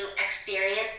experience